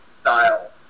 style